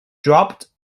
dropped